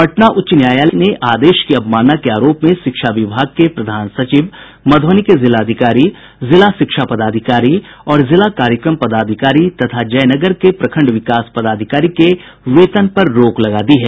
पटना उच्च न्यायालय ने आदेश की अवमानना के आरोप में शिक्षा विभाग के प्रधान सचिव मधुबनी के जिलाधिकारी जिला शिक्षा पदाधिकारी और जिला कार्यक्रम पदाधिकारी तथा जयनगर के प्रखंड विकास पदाधिकारी के वेतन पर रोक लगा दी है